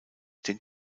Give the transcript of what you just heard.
den